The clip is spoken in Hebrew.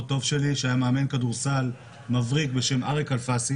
טוב שלי שהיה מאמן כדורסל מבריק בשם אריק אלפסי